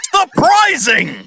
Surprising